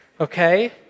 okay